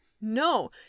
No